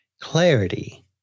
Clarity